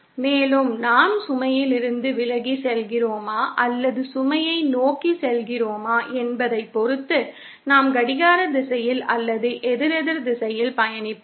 மேலும் நாம் சுமையிலிருந்து விலகிச் செல்கிறோமா அல்லது சுமையை நோக்கிச் செல்கிறோமா என்பதைப் பொறுத்து நாம் கடிகார திசையில் அல்லது எதிரெதிர் திசையில் பயணிப்போம்